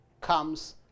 comes